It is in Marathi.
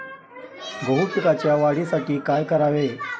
गहू पिकाच्या वाढीसाठी काय करावे?